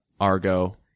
Argo